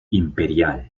imperial